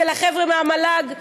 ולחבר'ה מהמל"ג,